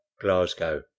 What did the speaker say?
glasgow